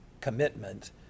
commitment